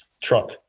truck